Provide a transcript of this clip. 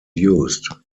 used